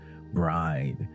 bride